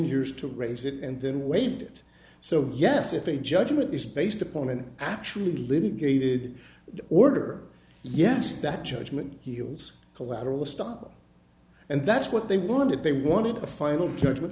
years to raise it and then waived it so yes if a judgment is based upon an actually litigated order yes that judgment heals collateral estoppel and that's what they wanted they wanted a final judgment